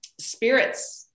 spirits